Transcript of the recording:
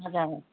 हजुर